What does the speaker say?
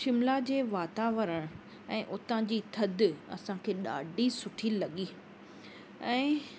शिमला जे वातावरण ऐं उतां जी थदि असांखे ॾाढी सुठी लॻी ऐं